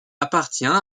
appartient